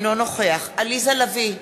אינו נוכח עליזה לביא,